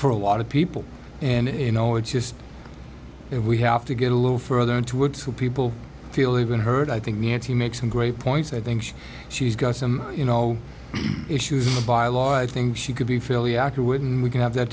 for a lot of people and you know it's just if we have to get a little further into it so people feel they've been heard i think nancy makes some great points i think she's got some you know issues bylaw i think she could be fairly accurate and we can have that